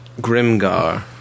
Grimgar